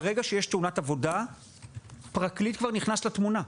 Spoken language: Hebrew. ברגע שיש תאונת עבודה פרקליט נכנס לתמונה.